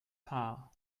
haar